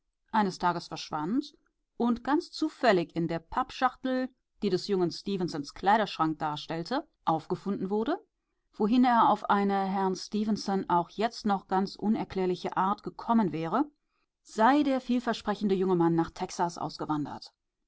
eines tages verschwand und ganz zufällig in der pappschachtel die des jungen stefenson kleiderschrank darstellte aufgefunden wurde wohin er auf eine herrn stefenson auch jetzt noch ganz unerklärliche art gekommen wäre sei der vielversprechende junge mann nach texas ausgewandert